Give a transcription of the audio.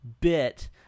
bit